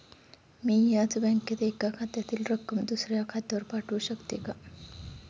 मी याच बँकेत एका खात्यातील रक्कम दुसऱ्या खात्यावर पाठवू शकते का?